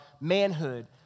manhood